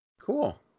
Cool